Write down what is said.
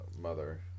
mother